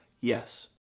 Yes